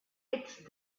its